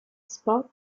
spot